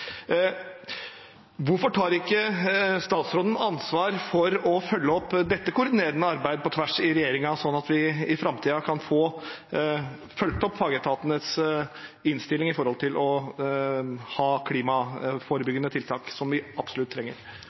Hvorfor tar ikke statsråden ansvar for å følge opp og koordinere dette arbeidet på tvers i regjeringen, slik at vi i framtiden kan få fulgt opp fagetatenes innstilling når det gjelder å ha klimaforebyggende tiltak, som vi absolutt trenger?